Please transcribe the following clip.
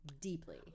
deeply